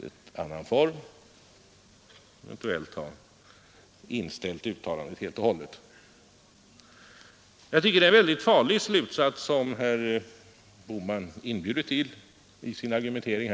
Jag kunde bara tolka herr Bohmans ord på det sättet. Men jag tycker att det är en mycket farlig slutsats som herr Bohman där drar i sin argumentering.